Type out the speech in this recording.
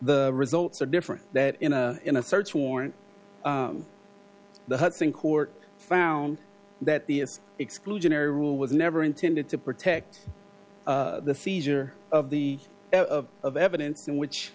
the results are different that in a search warrant the hudson court found that the exclusionary rule was never intended to protect the seizure of the of evidence in which